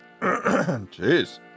Jeez